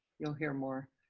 you'll hear more.